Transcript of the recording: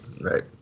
right